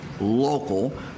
local